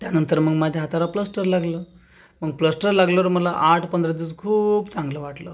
त्यानंतर मग माझ्या हाताला प्लास्टर लागलं मग प्लास्टर लागल्यावर मला आठ पंधरा दिवस खूप चांगलं वाटलं